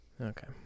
Okay